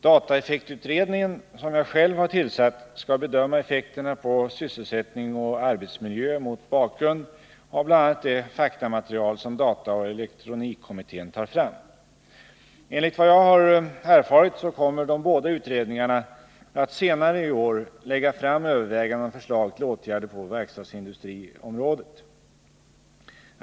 Dataeffektutredningen, som jag själv har tillsatt, skall bedöma effekterna på sysselsättning och arbetsmiljö mot bakgrund av bl.a. det faktamaterial som dataoch elektronikkommittén tar fram. Enligt vad jag har erfarit kommer de båda utredningarna att senare i år lägga fram överväganden och förslag till åtgärder på verkstadsindustriområdet.